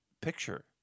picture